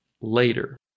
later